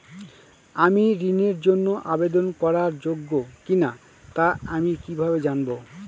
আমি ঋণের জন্য আবেদন করার যোগ্য কিনা তা আমি কীভাবে জানব?